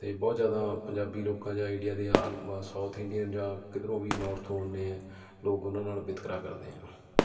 ਅਤੇ ਬਹੁਤ ਜ਼ਿਆਦਾ ਪੰਜਾਬੀ ਲੋਕਾਂ ਜਾਂ ਇੰਡੀਆ ਦੇ ਆਲ ਸਾਊਥ ਇੰਡੀਅਨ ਜਾਂ ਕਿਧਰੋਂ ਵੀ ਨੌਰਥ ਤੋਂ ਆਉਂਦੇ ਆ ਲੋਕ ਉਹਨਾਂ ਨਾਲ ਵਿਤਕਰਾ ਕਰਦੇ ਹੈ